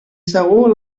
segur